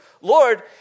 Lord